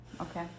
okay